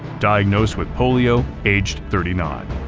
diagnosed with polio aged thirty nine.